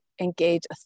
engage